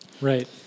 Right